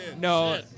no